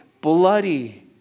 bloody